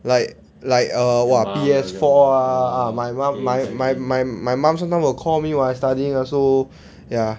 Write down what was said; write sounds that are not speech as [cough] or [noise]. like like err !wah! P_S four ah ah my mum my my my my mum sometimes will call me while I studying ah so [breath] yah